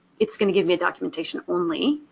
it's going to give me a documentation only